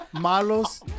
malos